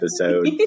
episode